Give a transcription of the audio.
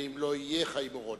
ואם לא יהיה, חיים אורון.